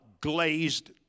glazed